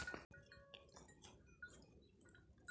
ಮೆಕ್ಕಿಜೋಳದಾಗ ಯಾವ ತಳಿ ಛಲೋರಿ?